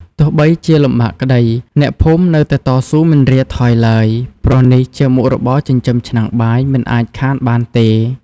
ទោះបីជាលំបាកក្តី អ្នកភូមិនៅតែតស៊ូមិនរាថយឡើយ ព្រោះនេះជាមុខរបរចិញ្ចឹមឆ្នាំងបាយ មិនអាចខានបានទេ ។